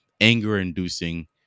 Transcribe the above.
anger-inducing